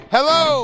Hello